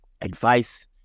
advice